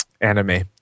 anime